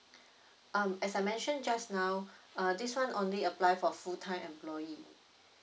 um as I mentioned just now uh this one only apply for full time employee